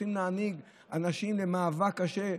רוצים להביא אנשים למאבק קשה,